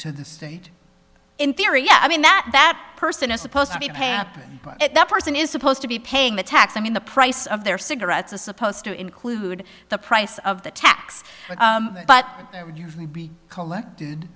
to the state in theory yes i mean that that person is supposed to be pay up and that person is supposed to be paying the tax i mean the price of their cigarettes is supposed to include the price of the tax but that would usually be collected